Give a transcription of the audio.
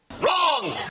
Wrong